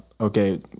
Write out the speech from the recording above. Okay